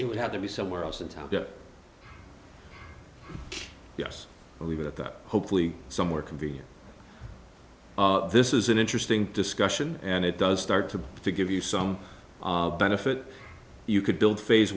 it would have to be somewhere else in town yes but leave it at that hopefully somewhere convenient this is an interesting discussion and it does start to give you some benefit you could build phase